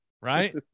right